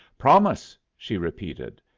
promise! she repeated,